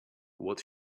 what